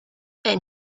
and